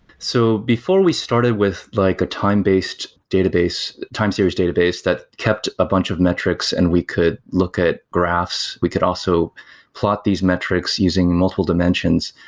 so before we started with like a time-based database time series database that kept a bunch of metrics and we could look at graphs, we could also plot these metrics using multiple dimensions.